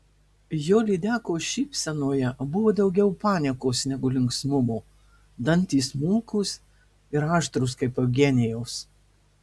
jo lydekos šypsenoje buvo daugiau paniekos negu linksmumo dantys smulkūs ir aštrūs kaip eugenijaus